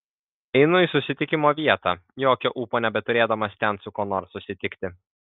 einu į susitikimo vietą jokio ūpo nebeturėdamas ten su kuo nors susitikti